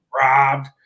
Robbed